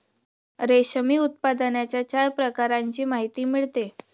रेशीम उत्पादनाच्या चार प्रकारांची माहिती मिळते